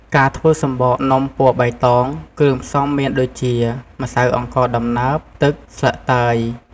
ការធ្វើសំបកនំពណ៌បៃតង គ្រឿងផ្សំមានដូចជា ម្សៅអង្ករដំណើប ទឹក ស្លឹកតើយ។